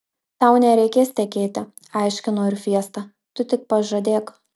tau nereikės tekėti aiškino ir fiesta tu tik pažadėk